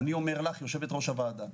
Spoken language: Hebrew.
אני ביקשתי לפני הדיון הצעה לסדר.